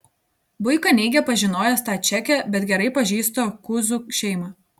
buika neigia pažinojęs tą čekę bet gerai pažįsta kuzų šeimą